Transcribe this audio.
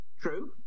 True